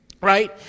Right